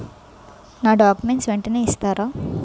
నా డాక్యుమెంట్స్ వెంటనే ఇస్తారా?